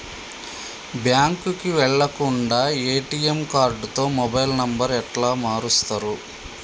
బ్యాంకుకి వెళ్లకుండా ఎ.టి.ఎమ్ కార్డుతో మొబైల్ నంబర్ ఎట్ల మారుస్తరు?